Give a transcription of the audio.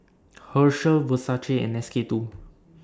Herschel Versace and S K two